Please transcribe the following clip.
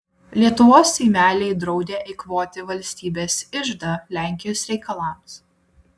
lietuvos seimeliai draudė eikvoti valstybės iždą lenkijos reikalams